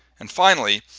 and finally,